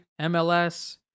MLS